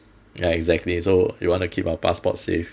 ya exactly so you want to keep our passport safe